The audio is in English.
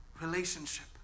relationship